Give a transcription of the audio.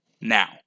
now